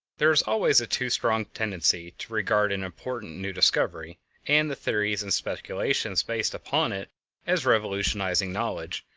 there is always a too strong tendency to regard an important new discovery and the theories and speculations based upon it as revolutionizing knowledge,